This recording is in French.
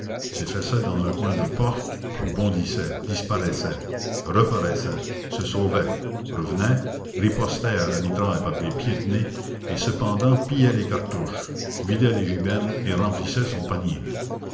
s'effaçait dans un coin de porte puis bondissait disparaissait reparaissait se sauvait revenait ripostait à la mitraille par des pieds de nez et cependant pillait les cartouches vidait les gibernes et remplissait son panier